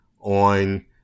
on